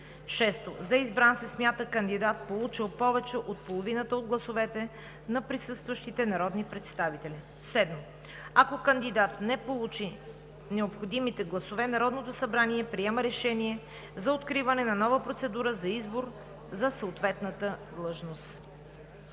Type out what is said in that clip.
6. За избран се смята кандидат, получил повече от половината от гласовете на присъстващите народни представители. 7. Ако кандидат не получи необходимите гласове, Народното събрание приема решение за откриване на нова процедура за избор за съответната длъжност.“